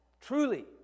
truly